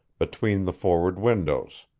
between the forward windows.